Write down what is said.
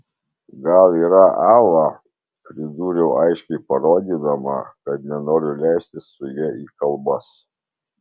gal yra ava pridūriau aiškiai parodydama kad nenoriu leistis su ja į kalbas